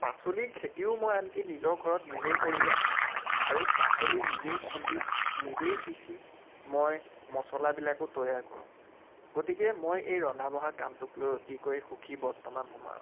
পাচলি খেতিও মই আনকি নিজৰ ঘৰত নিজেই কৰি লওঁ আৰু পাচলি নিজেই খুন্দি নিজেই পিছি মই মছলাবিলাকো তৈয়াৰ কৰোঁ গতিকে মই এই ৰন্ধা বঢ়া কামটোক লৈ অতিকৈ সুখী বৰ্তমান সময়ত